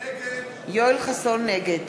נגד